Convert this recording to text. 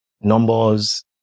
numbers